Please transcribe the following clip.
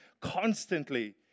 constantly